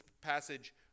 passage